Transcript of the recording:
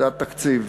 זה התקציב.